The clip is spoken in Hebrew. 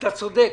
אתה צודק,